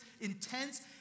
intense